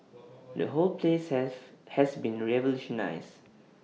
the whole place have has been revolutionised